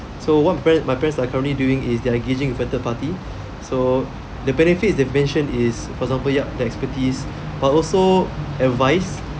so what par~ my parents are currently doing is they're engaging with a third party so the benefits they mentioned is for example yup the expertise but also advice